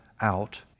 out